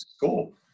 Cool